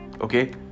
okay